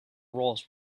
roles